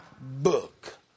book